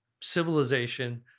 civilization